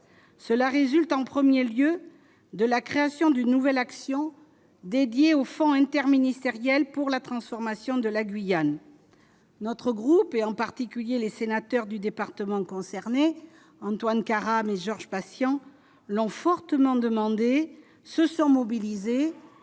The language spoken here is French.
cela résulte en 1er lieu de la création d'une nouvelle action dédiée au fonds interministériel pour la transformation de la Guyane, notre groupe et en particulier les sénateurs du département concerné, Antoine Karam et Georges Patient l'fortement se sont mobilisés